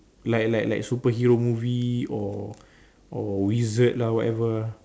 like like like superhero movie or or wizard lah whatever